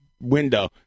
window